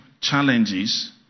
challenges